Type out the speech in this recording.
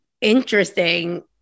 interesting